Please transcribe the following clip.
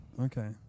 okay